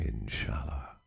Inshallah